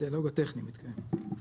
הדיאלוג הטכני מתקיים.